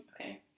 Okay